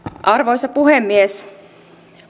arvoisa puhemies